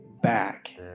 back